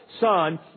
Son